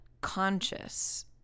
conscious